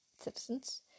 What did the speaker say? citizens